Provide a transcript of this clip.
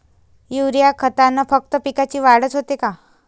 Urea खतानं फक्त पिकाची वाढच होते का?